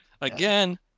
Again